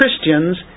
Christians